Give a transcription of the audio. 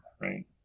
right